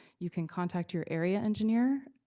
you can contact your area engineer.